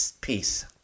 Peace